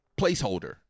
placeholder